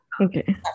Okay